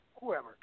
Whoever